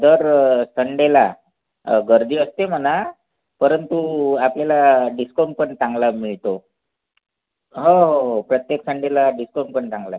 दर संडेला गर्दी असते म्हणा परंतु आपल्याला डिस्कऊंट पण चांगला मिळतो हो हो हो प्रत्येक संडेला डिस्कोट पण चांगला आहे